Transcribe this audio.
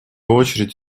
очередь